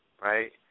right